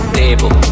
table